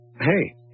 hey